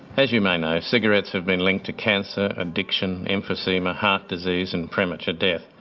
as you may know cigarettes have been linked to cancer, addiction, emphysema, heart disease and premature death.